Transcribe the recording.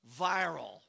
viral